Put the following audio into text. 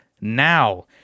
now